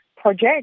project